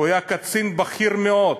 היה קצין בכיר מאוד,